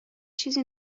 چیزی